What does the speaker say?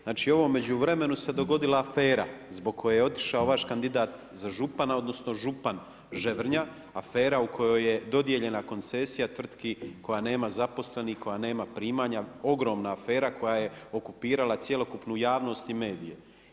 Znači u ovom međuvremenu se dogodila afera, zbog koje je otišao vaš kandidat za župana odnosno, župan Ževrnja, afera u kojoj je dodijeljena koncesija tvrtki koja nema zaposlenih, koja nema primanja, ogromna afera koja je okupirala cjelokupnu javnost i medije.